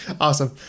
Awesome